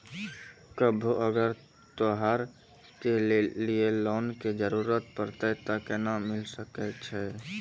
कभो अगर त्योहार के लिए लोन के जरूरत परतै तऽ केना मिल सकै छै?